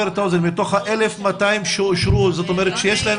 מתוך ה-1,200 שאושרו זאת אומרת שיש להם